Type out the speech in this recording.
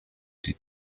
die